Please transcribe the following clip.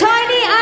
Tiny